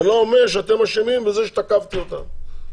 לא אומר שאתם אשמים בזה שתקפתי אותם,